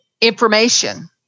information